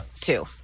two